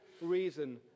reason